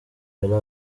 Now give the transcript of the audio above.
bella